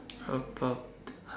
about